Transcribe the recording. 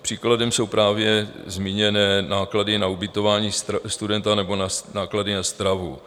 Příkladem jsou právě zmíněné náklady na ubytování studenta nebo náklady na stravu.